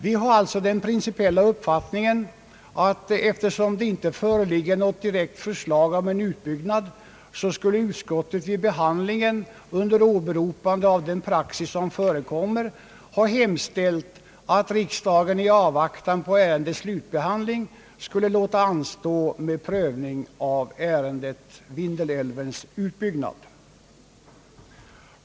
Vi har alltså den principiella uppfattningen att eftersom det inte föreligger något direkt förslag om en utbyggnad, borde utskottet vid behandlingen — under åberopande av den praxis som förekommer — ha hemställt att riksdagen i avvaktan på ärendets slutbehandling skulle låta anstå med prövning av ärendet Vindelälvens utbyggnad.